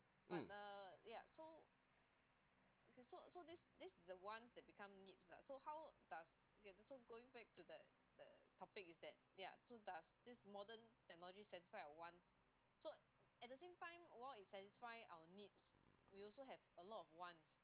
mm